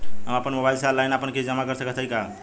हम अपने मोबाइल से ऑनलाइन आपन किस्त जमा कर सकत हई का?